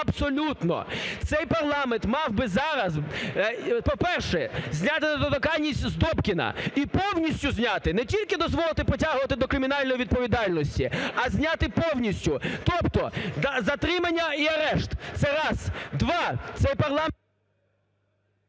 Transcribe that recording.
абсолютно! Цей парламент мав би зараз, по-перше, зняти недоторканність з Добкіна, і повністю зняти, не тільки дозволити притягувати до кримінальної відповідальності, а зняти повністю, тобто затримання і арешт. Це раз. Два. Цей парламент…